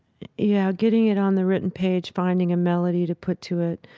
yeah, getting it on the written page, finding a melody to put to it,